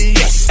yes